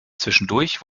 zwischendurch